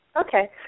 Okay